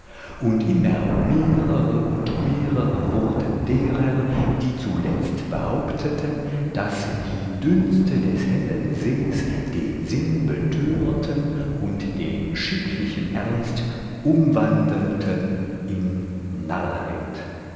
und immer mehrere und mehrere wurden derer die zuletzt behaupteten daß die dünste des hellen sees den sinn betörten und den schicklichen ernst umwandelten in